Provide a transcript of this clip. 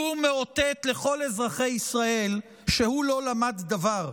שר המשפטים מאותת לכל אזרחי ישראל שהוא לא למד דבר.